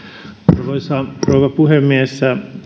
arvoisa rouva puhemies